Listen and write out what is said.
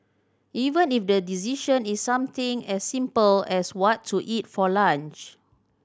even if the decision is something as simple as what to eat for lunch